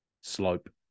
Slope